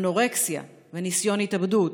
אנורקסיה וניסיון התאבדות".